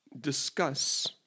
discuss